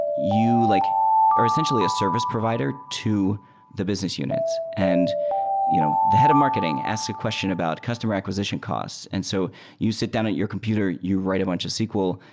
you like or essentially a service provider to the business units. and you know the head of marketing asks a question about customer acquisition costs. and so you sit down at your computer, you write a bunch of sql,